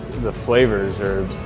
the flavors are